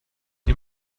die